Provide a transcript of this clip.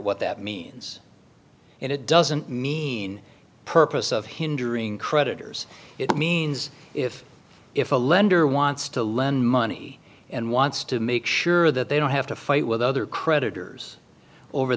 what that means and it doesn't mean purpose of hindering creditors it means if if a lender wants to lend money and wants to make sure that they don't have to fight with other creditors over